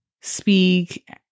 speak